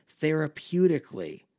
therapeutically